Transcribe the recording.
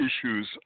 issues